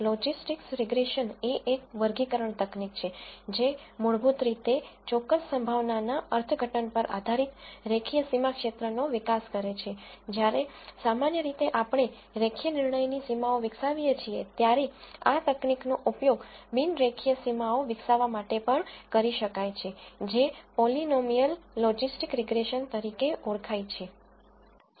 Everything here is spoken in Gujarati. લોજિસ્ટિક્સ રીગ્રેસન એ એક વર્ગીકરણ તકનીક છે જે મૂળભૂત રીતે ચોક્કસ સંભાવનાના અર્થઘટન પર આધારિત રેખીય સીમા ક્ષેત્રનો વિકાસ કરે છે જ્યારે સામાન્ય રીતે આપણે રેખીય નિર્ણયની સીમાઓ વિકસાવીએ છીએ ત્યારે આ તકનીકનો ઉપયોગ બિન રેખીય સીમાઓ વિકસાવવા માટે પણ કરી શકાય છે જે પોલીનોમીઅલ લોજિસ્ટિક રીગ્રેશન તરીકે ઓળખાય છે